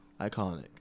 Iconic